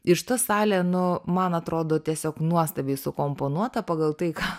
ir šita salė nu man atrodo tiesiog nuostabiai sukomponuota pagal tai ką